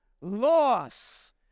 loss